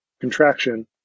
contraction